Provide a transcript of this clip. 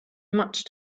much